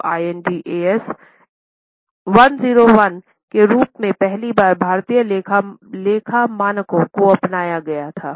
तो Ind AS 101 के रूप में पहली बार भारतीय लेखा मानकों को अपनाना गया था